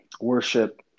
worship